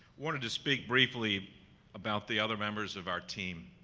wanted to speak briefly about the other members of our team.